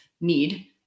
need